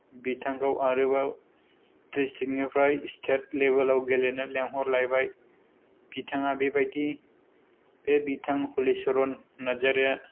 बिथांखौ आरोबाव द्रिस्तिकनिफ्राय स्तेत लेबेलाव गेलेनो लेंहरलायबाय बिथाङा बेबायदि बे बिथां हलिचरन नार्जारीया